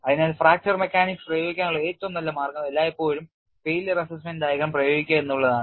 അതിനാൽ fracture mechanics പ്രയോഗിക്കാനുള്ള ഏറ്റവും നല്ല മാർഗം എല്ലായ്പ്പോഴും പരാജയ വിലയിരുത്തൽ ഡയഗ്രം പ്രയോഗിക്കുക എന്നുള്ളതാണ്